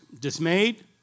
Dismayed